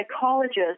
psychologist